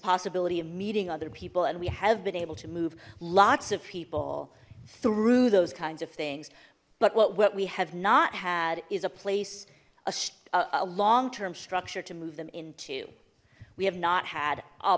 possibility of meeting other people and we have been able to move lots of people through those kinds of things but what we have not had is a place a long term structure to move them into we have not had a